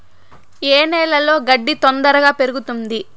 ఏ నేలలో గడ్డి తొందరగా పెరుగుతుంది